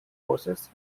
forces